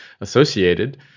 associated